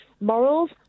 morals